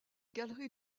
galerie